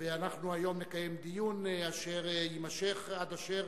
ואנחנו היום נקיים דיון אשר יימשך עד אשר